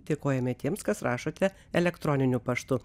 dėkojame tiems kas rašote elektroniniu paštu